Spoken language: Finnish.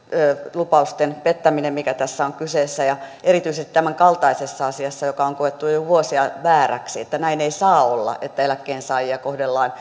lupausten pettäminen mikä tässä on kyseessä erityisesti tämän kaltaisessa asiassa joka on koettu jo jo vuosia vääräksi että näin ei saa olla että eläkkeensaajia kohdellaan